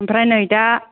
ओमफ्राय नै दा